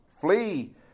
Flee